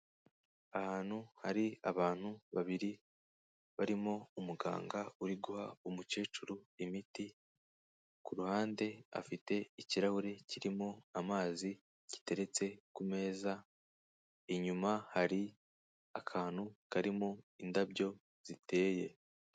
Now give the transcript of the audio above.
Ahantu hari abantu babiri barimo umuganga uri guha umukecuru imiti, ku ruhande afite ikirahure kirimo amazi giteretse ku meza, inyuma hari akantu karimo indabyo ziteye.